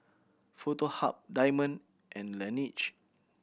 Foto Hub Diamond and Laneige